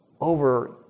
over